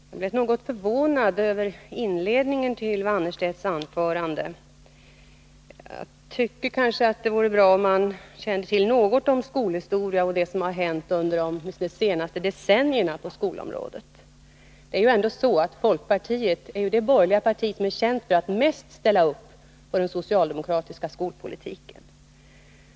Herr talman! Jag blev något förvånad över inledningen till Ylva Annerstedts anförande. Jag tycker att det vore bra om man kände till något om skolhistoria och det som har hänt under åtminstone de senaste decennierna på skolområdet. Folkpartiet är ändå det borgerliga parti som är känt för att mest helhjärtat ställa upp på den socialdemokratiska skolpolitiken.